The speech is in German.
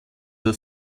der